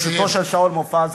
בראשותו של שאול מופז,